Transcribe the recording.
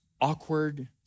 awkward